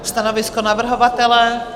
Stanovisko navrhovatele?